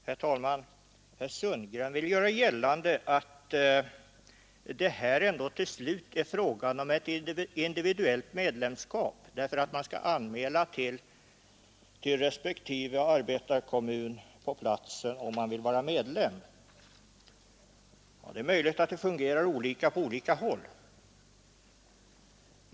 Herr talman! Herr Sundgren ville göra gällande att det ändå till slut är fråga om ett individuellt medlemskap, eftersom man skall anmäla till respektive arbetarkommun om man vill vara medlem. Det är möjligt att det fungerar olika på olika håll.